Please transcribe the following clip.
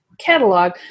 catalog